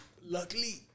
luckily